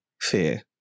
fear